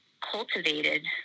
cultivated